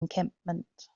encampment